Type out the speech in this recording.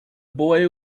boy